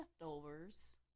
leftovers